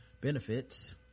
benefits